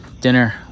dinner